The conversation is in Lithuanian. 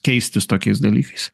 keistis tokiais dalykais